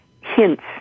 hints